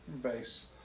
base